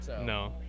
No